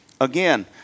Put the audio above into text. Again